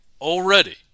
already